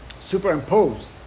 superimposed